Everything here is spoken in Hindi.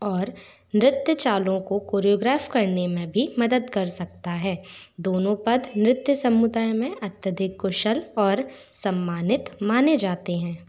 और नृत्यचालों को कोरिओग्राफ करने में भी मदद कर सकता है दोनों पद नृत्य समुदाय में अत्यधिक कुशल और सम्मानित माने जाते हैं